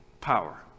Power